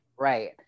right